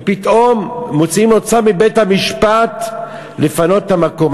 ופתאום מוציאים לו צו מבית-המשפט לפנות את המקום.